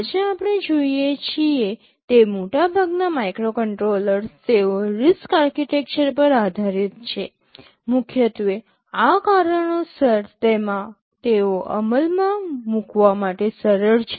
આજે આપણે જોઈએ છીએ તે મોટાભાગના માઇક્રોકન્ટ્રોલર્સ તેઓ RISC આર્કિટેક્ચર પર આધારિત છે મુખ્યત્વે આ કારણોસર તેઓ અમલમાં મૂકવા માટે સરળ છે